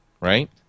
Right